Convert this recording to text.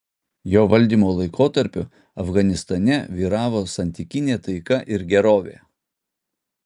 jo valdymo laikotarpiu afganistane vyravo santykinė taika ir gerovė